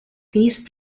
these